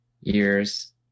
years